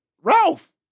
Ralph